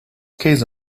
käse